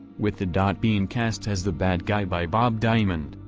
with the dot being cast as the bad guy by bob diamond,